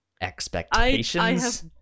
expectations